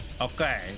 Okay